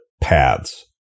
paths